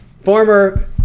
former